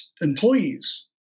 employees